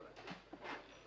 חבר'ה,